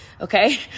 Okay